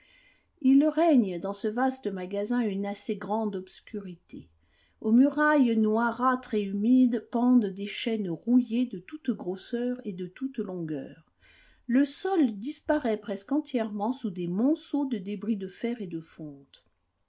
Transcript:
il règne dans ce vaste magasin une assez grande obscurité aux murailles noirâtres et humides pendent des chaînes rouillées de toutes grosseurs et de toutes longueurs le sol disparaît presque entièrement sous des monceaux de débris de fer et de fonte